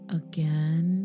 again